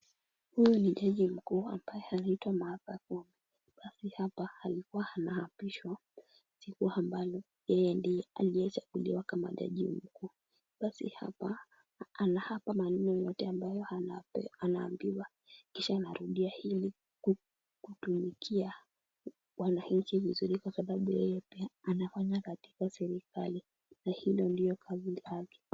Huyu ni jaji mkuu ambaye anaitwa Martha Koome. Basi hapa alikuwa anaapishwa, siku ambayo yeye ndiye aliweza kujua kama jaji mkuu. Basi hapa, anaapa maneno yote ambayo anaambiwa, kisha anarudia hili kutumikia wananchi vizuri. Kwa sababu yeye pia anafanya katika serikali, na hii ndio kazi yake.